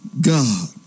God